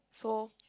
so